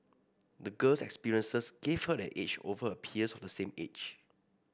the girl's experiences gave her an edge over her peers of the same age